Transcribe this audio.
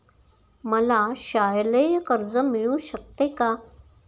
मला शालेय कर्ज मिळू शकते का?